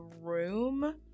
room